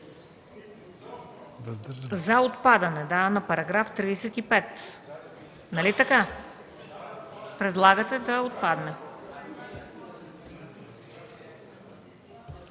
За отпадане – да, на § 35. Нали така, предлагате да отпадне?